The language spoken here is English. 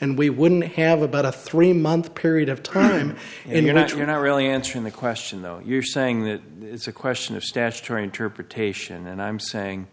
and we wouldn't have about a three month period of time and you're not you're not really answering the question though and you're saying that it's a question of statutory interpretation and i'm saying